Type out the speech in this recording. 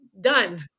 done